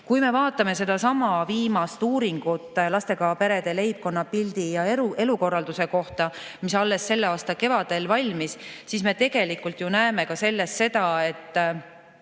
Kui me vaatame sedasama viimast uuringut lastega perede leibkonnapildi ja elukorralduse kohta, mis alles selle aasta kevadel valmis, siis me ju näeme seda,